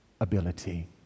ability